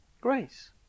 grace